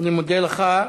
אני מודה לך.